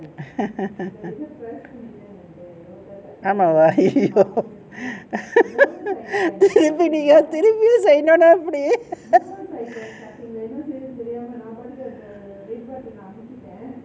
ஆமா:aama !aiyo! என்ன நீங்க திரும்பியும் செய்யனும்னா எப்படி:enna neenga thirunbiyum seyyanumna eppadi